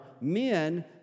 men